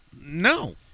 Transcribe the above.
No